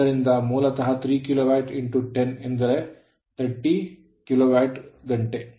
ಆದ್ದರಿಂದ ಮೂಲತಃ 3 ಕಿಲೋವ್ಯಾಟ್ 10 ಎಂದರೆ 30 ಕಿಲೋವ್ಯಾಟ್ ಗಂಟೆ